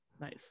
nice